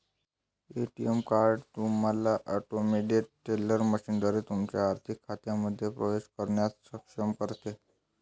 ATM card तुम्हाला automated teller मशीनद्वारे तुमच्या आर्थिक खात्यांमध्ये प्रवेश करण्यास सक्षम करते